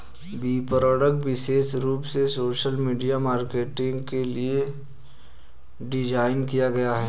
विपणक विशेष रूप से सोशल मीडिया मार्केटिंग के लिए डिज़ाइन किए गए है